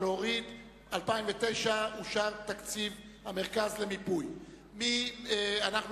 סעיף 43, המרכז למיפוי ישראל, לשנת 2009, נתקבל.